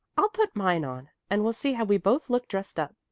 i'll put mine on, and we'll see how we both look dressed up.